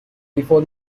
before